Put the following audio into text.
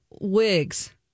wigs